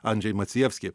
andžej macijevski